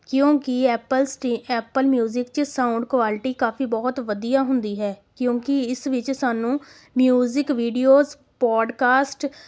ਕਿਉਂਕਿ ਐਪਲ ਸਟੀ Apple music 'ਚ ਸਾਊਂਡ ਕੁਆਲਿਟੀ ਕਾਫ਼ੀ ਬਹੁਤ ਵਧੀਆ ਹੁੰਦੀ ਹੈ ਕਿਉਂਕਿ ਇਸ ਵਿੱਚ ਸਾਨੂੰ ਮਿਊਜ਼ਿਕ ਵੀਡੀਓਜ ਪੋਡਕਾਸਟ